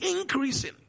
increasing